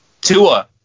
Tua